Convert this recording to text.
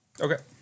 Okay